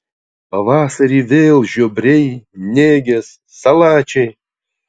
pavasarį vėl žiobriai nėgės salačiai